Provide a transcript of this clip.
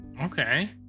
Okay